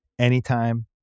Anytime